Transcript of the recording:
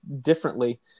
differently